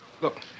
Look